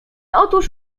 otóż